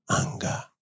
anger